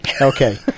Okay